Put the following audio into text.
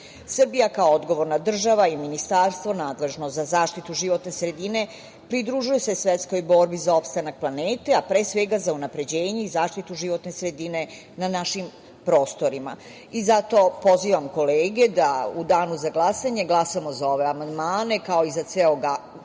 slabe. Srbija kao odgovorna država i ministarstvo nadležno za zaštitu životne sredine pridružuje se svetskoj borbi za opstanak planete, a pre svega za unapređenje i zaštitu životne sredine na našim prostorima. Zato pozivam kolege da u danu za glasanje glasamo za ove amandmane, kao i za ceo zakon,